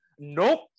nope